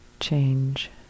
Change